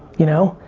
you know?